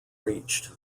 reached